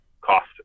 cost